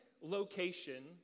location